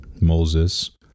Moses